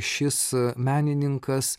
šis menininkas